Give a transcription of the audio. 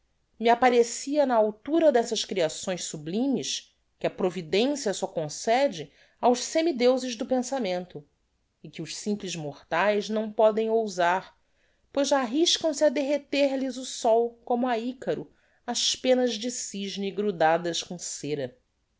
me apparecia na altura dessas criações sublimes que a providencia só concede aos semi deuses do pensamento e que os simples mortaes não podem ousar pois arriscam se á derreter lhes o sol como á icaro as pennas de cysne grudadas com cêra